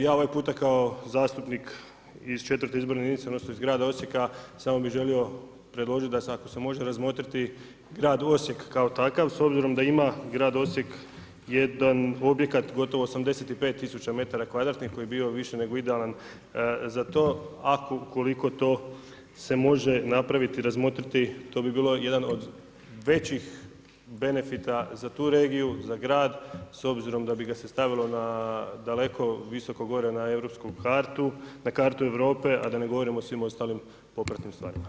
Ja ovaj puta kao zastupnik iz 4. izborne jedinice, odnosno iz grada Osijeka, samo bih želio predložiti da ako se može razmotriti grad Osijek kao takav, s obzirom da ima grad Osijek jedan objekt gotovo 85 tisuća metara kvadratnih koji bi bio više nego idealan za to, ako ukoliko to se može napraviti, razmotriti, to bi bilo jedan od većih benefita za tu regiju, za grad, s obzirom da bi ga se stavilo na daleko visoko gore na europsku kartu, na kartu Europe a da ne govorimo o svim ostalim popratnim stvarima.